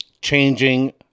changing